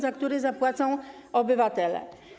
za który zapłacą obywatele.